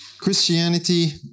Christianity